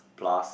plus